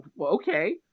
Okay